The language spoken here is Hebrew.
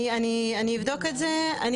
אני אבדוק את זה.